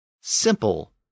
simple